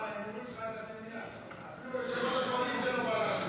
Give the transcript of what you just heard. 16 נתקבלו.